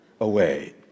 away